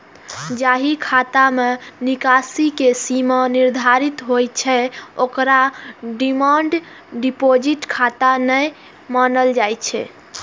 जाहि खाता मे निकासी के सीमा निर्धारित होइ छै, ओकरा डिमांड डिपोजिट खाता नै मानल जाइ छै